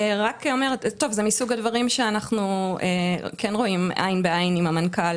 זה מסוג הדברים שאנחנו כן רואים עין בעין עם המנכ"ל.